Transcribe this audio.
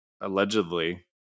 allegedly